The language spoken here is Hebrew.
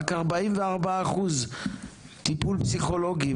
רק 44 אחוז טיפול פסיכולוגי,